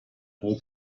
pro